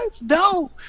No